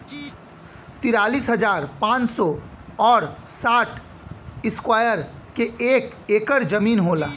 तिरालिस हजार पांच सौ और साठ इस्क्वायर के एक ऐकर जमीन होला